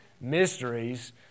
mysteries